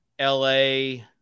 LA